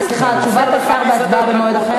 סליחה, תשובת השר והצבעה במועד אחר?